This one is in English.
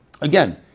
Again